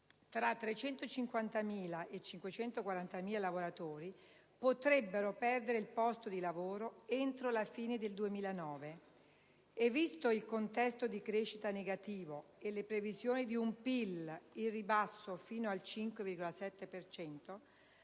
tra 350.000 e 540.000 lavoratori potrebbero perdere il posto di lavoro entro la fine del 2009 e visto il contesto di crescita negativo e le previsioni di un prodotto interno